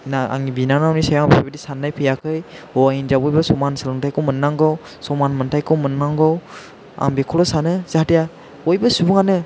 ना आंनि बिनानावनि सायाव बेबादि सान्नाय फैयाखै हौवा हिन्जाव बयबो समान सोलोंथाइखौ मोन्नांगौ समान मोनथाइखौ मोन्नांगौ आं बेखौल' सानो जाहाथे आं बयबो सुबुङानो